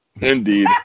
Indeed